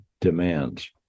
demands